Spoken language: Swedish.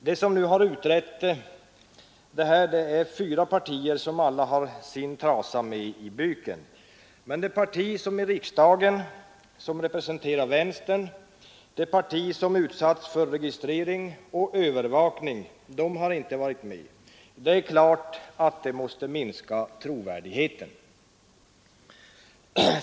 De som nu har utrett dessa frågor är representanter för fyra partier, som alla har sin trasa med i byken, men det parti här i riksdagen som representerar vänstern och som har blivit utsatt för registrering och övervakning har inte varit med. Det är givet att detta måste minska trovärdigheten.